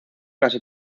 casi